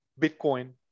Bitcoin